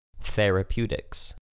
Therapeutics